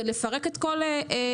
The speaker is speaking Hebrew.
זה מפרק את כל הווייתם.